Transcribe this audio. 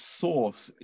source